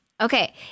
Okay